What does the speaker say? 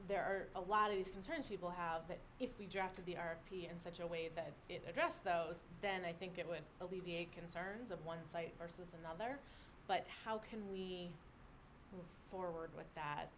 there are a lot of these concerns people have that if we drafted the r p in such a way that it addresses those then i think it would alleviate concerns of one site versus another but how can we move forward with that